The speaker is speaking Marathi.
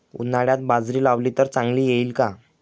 उन्हाळ्यात बाजरी लावली तर चांगली येईल का?